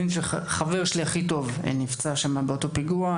בן של החבר הכי טוב שלי נפצע שם באותו פיגוע,